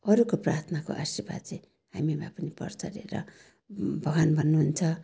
अरूको प्रार्थनाको आशीर्वाद चाहिँ हामीमा पनि पर्छ अरे र भगवान् भन्नुहुन्छ